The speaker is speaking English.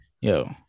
yo